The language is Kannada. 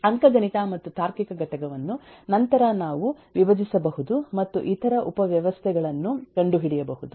ಅಂಕಗಣಿತ ಮತ್ತು ತಾರ್ಕಿಕ ಘಟಕವನ್ನು ನಂತರ ನಾವು ವಿಭಜಿಸಬಹುದು ಮತ್ತು ಇತರ ಉಪ ವ್ಯವಸ್ಥೆಗಳನ್ನು ಕಂಡುಹಿಡಿಯಬಹುದು